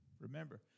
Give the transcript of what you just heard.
remember